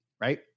right